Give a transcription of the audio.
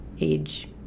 age